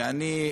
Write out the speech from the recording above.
ואני,